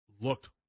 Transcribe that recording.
looked